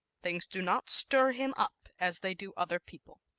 things do not stir him up as they do other people.